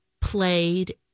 played